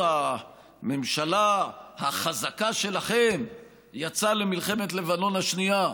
הממשלה החזקה שלכם יצאה למלחמת לבנון השנייה,